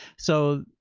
so,